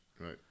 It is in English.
Right